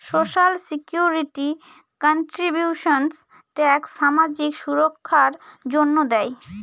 social security contributions tax সামাজিক সুররক্ষার জন্য দেয়